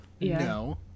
No